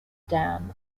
dam